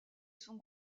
son